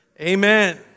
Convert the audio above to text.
Amen